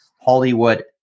Hollywood